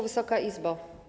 Wysoka Izbo!